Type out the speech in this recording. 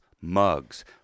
mugs